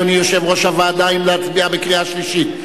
אדוני יושב-ראש הוועדה, האם להצביע בקריאה שלישית?